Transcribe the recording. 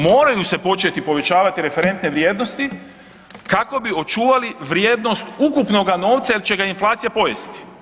Moraju se početi povećavati referentne vrijednosti kako bi očuvali vrijednost ukupnoga novca jer će ga inflacija pojesti.